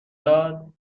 داد